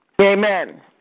Amen